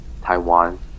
Taiwan